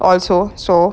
orh so so